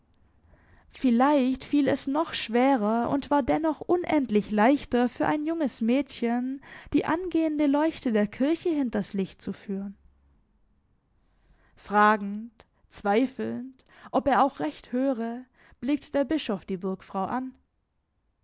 vielleicht fiel es noch schwerer und war dennoch unendlich leichter für ein junges mädchen die angehende leuchte der kirche hinters licht zu führen fragend zweifelnd ob er auch recht höre blickt der bischof die burgfrau an